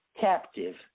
captive